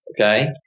okay